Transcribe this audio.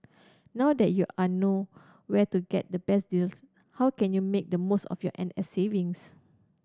now that you are know where to get the best deals how can you make the most of your N S savings